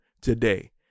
today